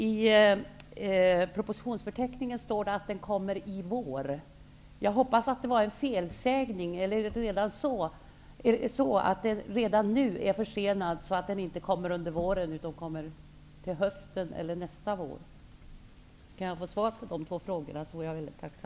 I propositionsförteckningen står det att den kommer i vår. Jag hoppas att det var en felsägning. Eller är den propositionen redan nu försenad och kommer först till hösten eller nästa vår? Jag vore tacksam om jag kunde få svar på de två frågorna.